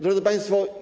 Drodzy Państwo!